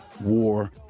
war